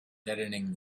deadening